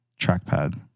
trackpad